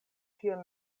tion